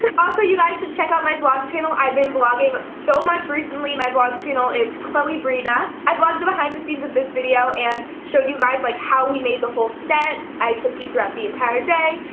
also you guys should check out my vlog channel i've been vlogging so much recently my vlog channel is chloe breena i vlogged the behind the scenes of this video and show you guys like how we made the whole set i took you throughout the entire day,